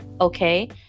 okay